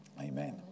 Amen